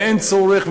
ואין צורך,